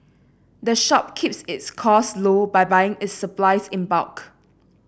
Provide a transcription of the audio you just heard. the shop keeps its costs low by buying its supplies in bulk